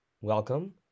welcome